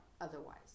otherwise